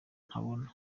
ntabona